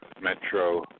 Metro